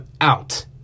out